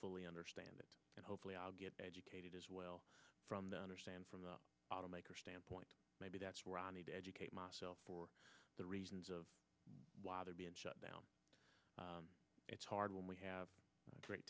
fully understand that and hopefully i'll get educated as well from the understand from the automakers standpoint maybe that's where i need to educate myself for the reasons of why they're being shut down it's hard when we have